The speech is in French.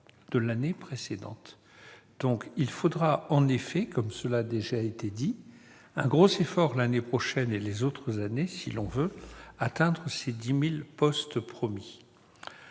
de l'année précédente. Par conséquent, il faudra en effet, comme cela a déjà été souligné, un important effort l'année prochaine et les autres années si l'on veut atteindre les 10 000 postes promis.